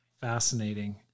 fascinating